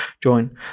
join